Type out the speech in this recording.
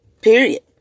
Period